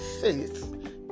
faith